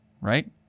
right